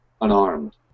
unarmed